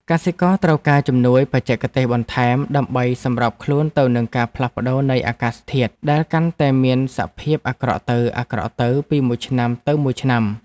កសិករត្រូវការជំនួយបច្ចេកទេសបន្ថែមដើម្បីសម្របខ្លួនទៅនឹងការផ្លាស់ប្តូរនៃអាកាសធាតុដែលកាន់តែមានសភាពអាក្រក់ទៅៗពីមួយឆ្នាំទៅមួយឆ្នាំ។